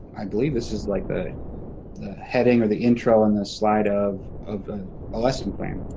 i believe this is, like, the the heading or the intro on the slide of of a lesson plan.